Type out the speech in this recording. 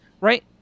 right